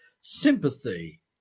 sympathy